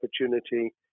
opportunity